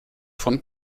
von